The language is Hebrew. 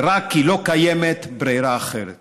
זה רק כי לא קיימת ברירה אחרת.